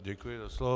Děkuji za slovo.